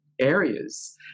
areas